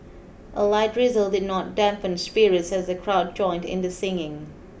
a light drizzle did not dampen spirits as the crowd joined in the singing